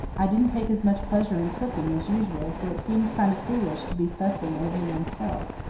i didn't take as much pleasure in cooking as usual, for it seemed kind of foolish to be fussing over oneself.